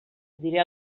diré